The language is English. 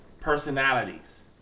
personalities